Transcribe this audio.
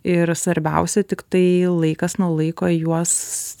ir svarbiausia tiktai laikas nuo laiko juos